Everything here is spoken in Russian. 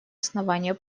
основания